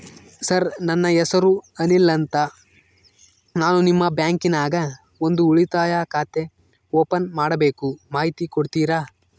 Sir ನನ್ನ ಹೆಸರು ಅನಿಲ್ ಅಂತ ನಾನು ನಿಮ್ಮ ಬ್ಯಾಂಕಿನ್ಯಾಗ ಒಂದು ಉಳಿತಾಯ ಖಾತೆ ಓಪನ್ ಮಾಡಬೇಕು ಮಾಹಿತಿ ಕೊಡ್ತೇರಾ?